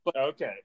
okay